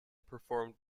performed